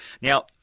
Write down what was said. Now